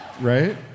Right